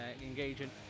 engaging